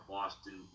Boston